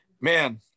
man